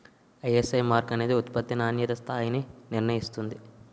ISI mark అనేది ఉత్పత్తి నాణ్యతా స్థాయిని నిర్ణయిస్తుంది